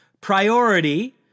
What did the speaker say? priority